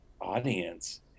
audience